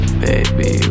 baby